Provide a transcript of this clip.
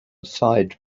side